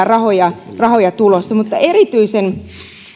rahoja rahoja tulossa mutta erityisen